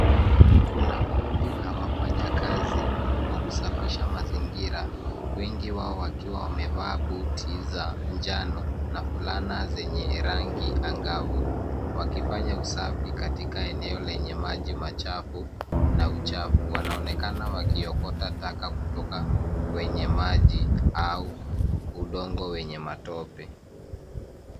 Kuna kundi la wafanyakazi wa kusafisha mazingira. Wengi wao wakiwa wamevaa buti za njano na fulana zenye rangi angavu, wakifanya usafi katika eneo lenye maji machafu na uchafu. Wanaonekana wakiokota taka kutoka kwenye maji au udongo wenye matope.